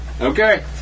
Okay